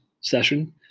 session